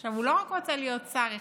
עכשיו הוא לא רק רוצה להיות שר אחד,